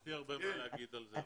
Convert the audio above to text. לי הרבה מה להגיד על זה,